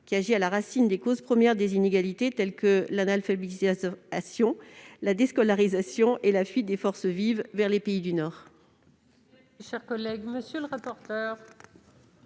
qui agit à la racine des causes premières des inégalités telles que l'analphabétisme, la déscolarisation et la fuite des forces vives vers les pays du Nord.